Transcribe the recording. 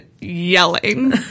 yelling